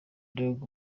dogg